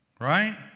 right